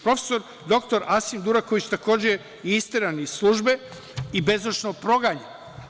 Profesor dr Asif Duraković je takođe isteran iz službe i bezočno proganjan.